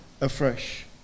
afresh